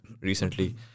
recently